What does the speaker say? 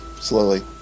slowly